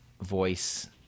voice